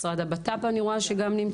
משרד הבט"פ אני רואה שנמצאים,